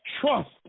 trust